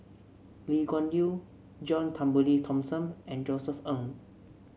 Lee Kuan Yew John Turnbull Thomson and Josef Ng